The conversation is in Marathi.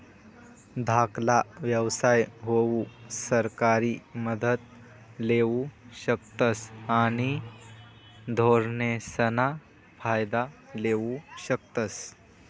धाकला व्यवसाय हाऊ सरकारी मदत लेवू शकतस आणि धोरणेसना फायदा लेवू शकतस